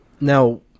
Now